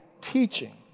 teaching